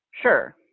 Sure